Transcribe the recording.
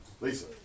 Lisa